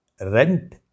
rent